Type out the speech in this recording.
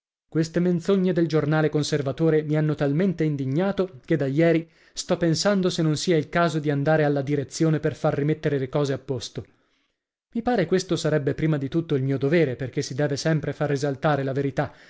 queste menzogne del giornale conservatore mi hanno talmente indignato che da ieri sto pensando se non sia il caso di andare alla direzione per far rimettere le cose a posto i pare questo sarebbe prima di tutto il mio dovere perché si deve sempre far risaltare la verità